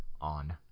on